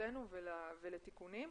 להתייחסותנו ולתיקונים.